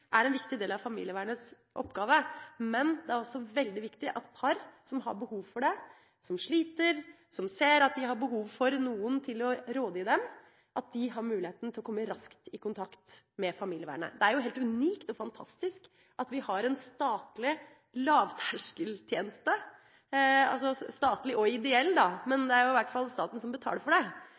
er en viktig del av familievernets oppgave, men det er også veldig viktig at par som har behov for det, som sliter, som ser at de har behov for noen som kan gi dem råd, har muligheten til å komme raskt i kontakt med familievernet. Det er jo helt unikt og fantastisk at vi har en statlig tjeneste – statlig og ideell, da, men det er staten som betaler for det